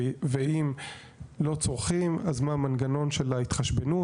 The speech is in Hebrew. ואם לא צורכים אז מה המנגנון של ההתחשבנות,